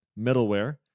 middleware